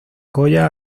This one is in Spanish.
goya